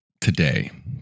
today